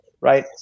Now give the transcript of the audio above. right